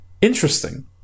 interesting